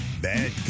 bad